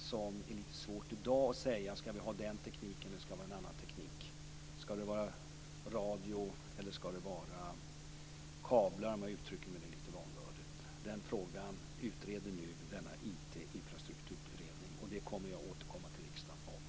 Men det är lite svårt att i dag säga vilken teknik som vi skall använda - om det skall vara radio eller kablar, om jag uttrycker mig lite vanvördigt. Den frågan utreder nu denna IT infrastrukturutredning. Jag kommer att återkomma till riksdagen om detta.